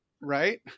right